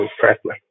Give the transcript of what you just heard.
correctly